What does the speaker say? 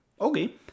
okay